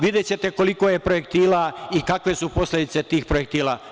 Videćete koliko je projektila i kakve su posledice tih projektila.